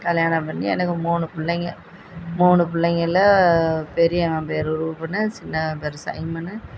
கல்யாணம் பண்ணி எனக்கு மூணு பிள்ளைங்க மூணு பிள்ளைங்கள்ல பெரியவன் பேர் ரூபினேஷ் சின்னவன் பேர் சைமன்